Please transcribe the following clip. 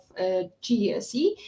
GSE